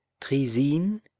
trisin